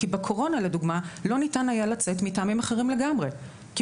כי בקורונה לדוגמה לא ניתן היה לצאת מטעמים אחרים לגמרי כי